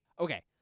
Okay